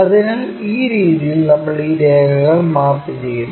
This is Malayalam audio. അതിനാൽ ഈ രീതിയിൽ നമ്മൾ ഈ രേഖകൾ മാപ്പ് ചെയ്യുന്നു